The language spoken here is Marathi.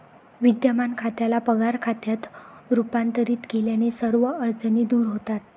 विद्यमान खात्याला पगार खात्यात रूपांतरित केल्याने सर्व अडचणी दूर होतात